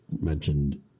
mentioned